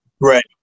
Right